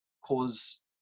cause